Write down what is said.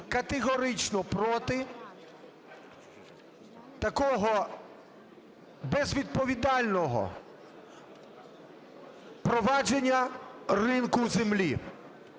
категорично проти такого безвідповідального впровадження ринку землі.